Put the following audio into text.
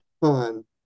fun